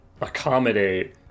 accommodate